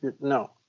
no